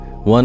One